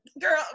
Girl